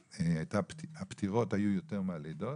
הפטירות היו יותר מהלידות